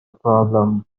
problem